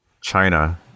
China